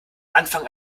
anfang